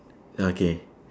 okay